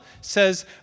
says